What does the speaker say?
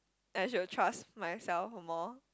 I should trust myself more